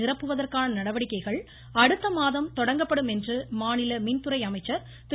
தமிழக நடவடிக்கைகள் அடுத்த மாதம் தொடங்கப்படும் என மாநில மின்துறை அமைச்சர் திரு